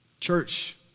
Church